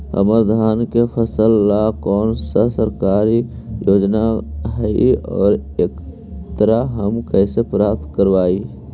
हमर धान के फ़सल ला कौन सा सरकारी योजना हई और एकरा हम कैसे प्राप्त करबई?